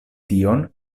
tion